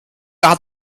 hat